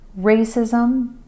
Racism